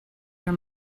your